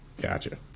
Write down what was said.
Gotcha